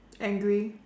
angry